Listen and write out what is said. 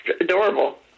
adorable